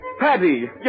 Paddy